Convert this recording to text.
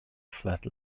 flat